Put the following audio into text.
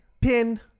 Pin